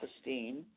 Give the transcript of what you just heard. esteem